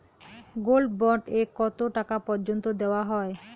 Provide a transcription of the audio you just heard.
Gold bond এ কতো টাকা পর্যন্ত দেওয়া হয়?